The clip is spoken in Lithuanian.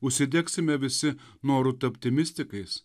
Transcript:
užsidegsime visi noru tapti mistikais